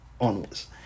onwards